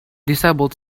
disabled